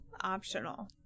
optional